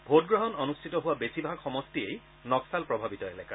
ভোটগ্ৰহণ অনূষ্ঠিত হোৱা বেছিভাগ সমষ্টিয়েই নক্সাল প্ৰভাৱিত এলেকাৰ